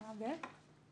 שנה ב'.